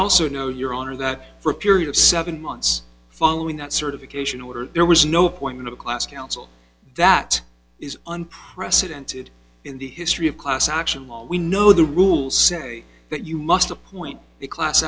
also know your honor that for a period of seven months following that certification order there was no point in a class counsel that is unprecedented in the history of class action law we know the rules say that you must appoint the class